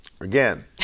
Again